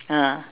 ah